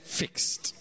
fixed